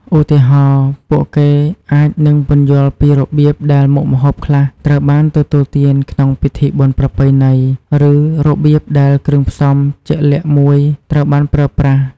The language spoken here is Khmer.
ឧទាហរណ៍ ពួកគេអាចនឹងពន្យល់ពីរបៀបដែលមុខម្ហូបខ្លះត្រូវបានទទួលទានក្នុងពិធីបុណ្យប្រពៃណី ឬរបៀបដែលគ្រឿងផ្សំជាក់លាក់មួយត្រូវបានប្រើប្រាស់